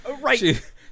Right